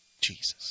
Jesus